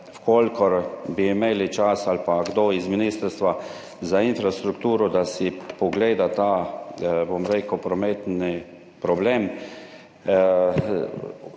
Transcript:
velika. Če bi imeli čas ali pa kdo iz Ministrstva za infrastrukturo, da si pogleda ta prometni problem,